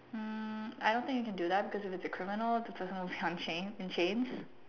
um I don't think you can do that because if it's a criminal the person will be on chains in chains